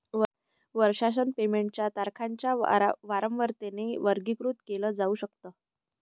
वर्षासन पेमेंट च्या तारखांच्या वारंवारतेने वर्गीकृत केल जाऊ शकत